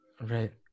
Right